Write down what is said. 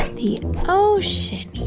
the ocean, yeah.